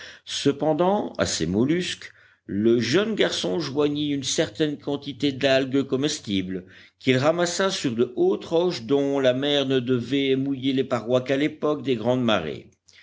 cependant à ces mollusques le jeune garçon joignit une certaine quantité d'algues comestibles qu'il ramassa sur de hautes roches dont la mer ne devait mouiller les parois qu'à l'époque des grandes marées